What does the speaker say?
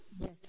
yes